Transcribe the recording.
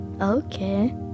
Okay